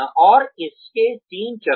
और इसके तीन चरण हैं